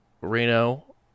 Reno